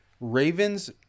Ravens